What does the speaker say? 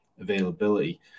availability